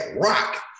rock